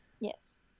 Yes